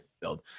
build